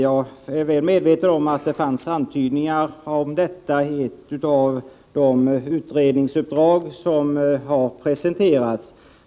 Jag är medveten om att det fanns antydningar om detta i en av de utredningar som har presenterats.